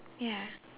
ya